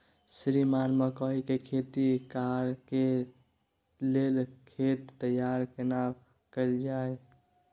श्रीमान मकई के खेती कॉर के लेल खेत तैयार केना कैल जाए?